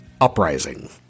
Uprising